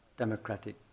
Democratic